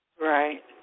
Right